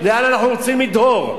לאן אנחנו רוצים לדהור?